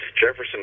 Jefferson